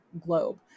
globe